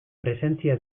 presentzia